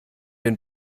den